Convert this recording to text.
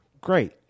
Great